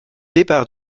départ